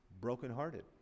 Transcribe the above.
brokenhearted